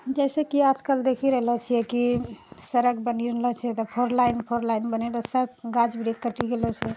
जैसे कि आज कल देखि रहलो छियै कि सड़क बनी रहलो छै तऽ फोर लाइन फोर लाइन बनैलासंँ गाछ वृक्ष कटि गेलो छै